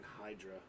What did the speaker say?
Hydra